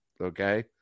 okay